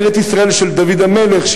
ארץ-ישראל של דוד המלך,